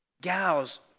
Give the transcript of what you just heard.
gals